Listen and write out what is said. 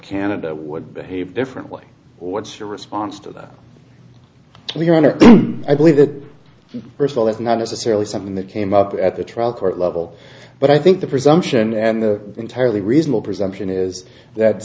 canada would behave differently what's your response to that we are going to i believe that first of all it's not necessarily something that came up at the trial court level but i think the presumption and the entirely reasonable presumption is that